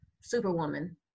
Superwoman